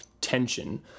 tension